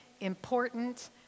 important